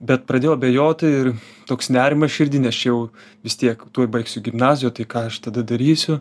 bet pradėjau abejoti ir toks nerimą širdy nešiau vis tiek tuoj baigsiu gimnaziją tai ką aš tada darysiu